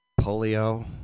polio